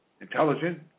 intelligent